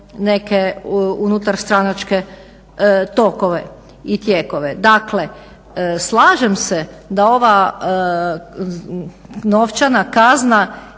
neke unutarstranačke tokove i tijekove. Dakle, slažem se da ova novčana kazna